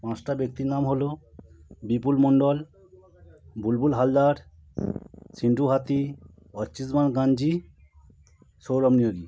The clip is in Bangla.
পাঁচটা ব্যক্তির নাম হলো বিপুল মন্ডল বুলবুল হালদার সিন্টু হাতি অর্চিষ্মান গাঞ্জি সৌরভ নিয়োগী